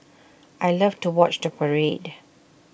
I love to watch the parade